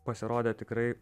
pasirodė tikrai